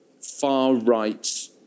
far-right